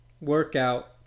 workout